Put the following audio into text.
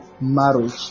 marriage